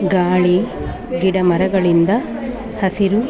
ಗಾಳಿ ಗಿಡಮರಗಳಿಂದ ಹಸಿರು